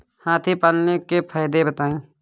हाथी पालने के फायदे बताए?